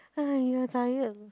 !aiya! tired